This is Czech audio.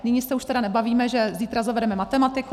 Nyní se už tedy nebavíme, že se zítra zavedeme matematiku.